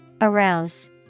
Arouse